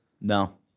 No